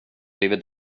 blivit